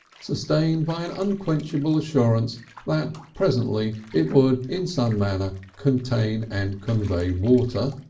sustained by an unquenchable assurance that presently it would in some manner contain and convey water,